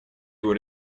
его